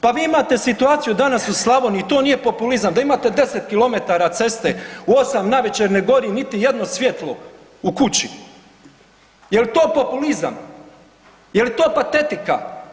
Pa vi imate situaciju danas u Slavoniji, to nije populizam, da imate 10 km ceste u 8 navečer ne gori niti jedno svjetlo u kući, je li to populizam, je li to patetika?